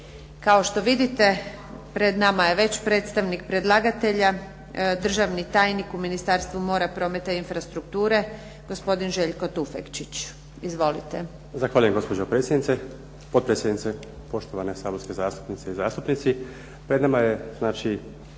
Kao što vidite pred nama je već predstavnik predlagatelja, državni tajnik u Ministarstvu mora, prometa i infrastrukture, gospodin Željko Tufekčić. Izvolite. **Tufekčić, Željko** Zahvaljujem gospođo potpredsjednice, poštovane saborske zastupnice i zastupnici. Pred nama je